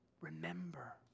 Remember